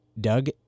Doug